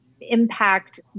impact